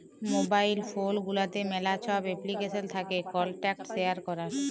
mobile phone গুলাতে ম্যালা ছব এপ্লিকেশল থ্যাকে কল্টাক্ট শেয়ার ক্যরার